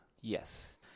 Yes